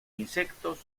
insectos